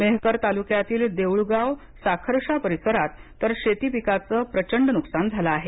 मेहकर तालुक्यातील देऊळगाव साखरशा परिसरात तर शेती पिकाचे प्रचंड नुकसान झाले आहे